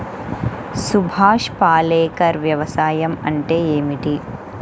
సుభాష్ పాలేకర్ వ్యవసాయం అంటే ఏమిటీ?